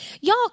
Y'all